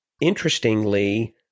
interestingly